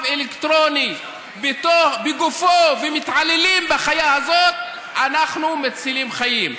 אלקטרוני בגוף ומתעללים בחיה הזאת אנחנו מצילים חיים?